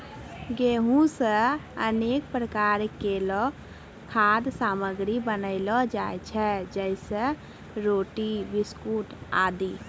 गेंहू सें अनेक प्रकार केरो खाद्य सामग्री बनैलो जाय छै जैसें रोटी, बिस्कुट आदि